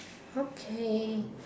okay